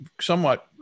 somewhat